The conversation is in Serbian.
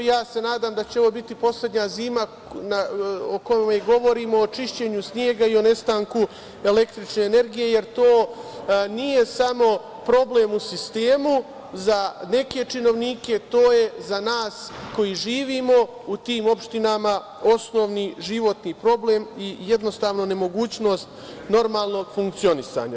Ja se nadam da će ovo biti poslednja zima u kojoj govorimo o čišćenju snega i o nestanku električne energije, jer to nije samo problem u sistemu, za neke činovnike, to je za nas koji živimo u tim opštinama osnovni životni problem i jednostavno nemogućnost normalnog funkcionisanja.